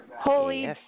Holy